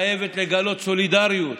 חייבת לגלות סולידריות.